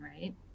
right